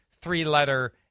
three-letter